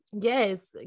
yes